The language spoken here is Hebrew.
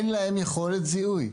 כתוצאה מהצעדים,